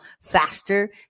faster